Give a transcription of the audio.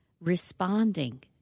responding